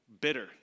bitter